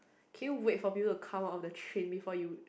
can you wait for people to come out of the train before you